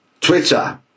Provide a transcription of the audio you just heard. Twitter